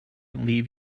leave